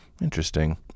Interesting